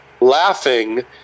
laughing